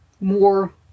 more